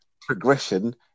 progression